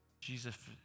Jesus